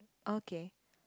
okay